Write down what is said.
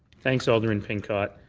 thanks, alderman pincott.